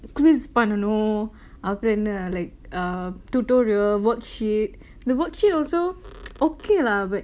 quiz பண்ணணு அப்பறம் என்ன:pannanum apparam enna like uh tutorial worksheet the worksheet also okay lah but